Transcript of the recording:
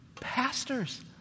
Pastors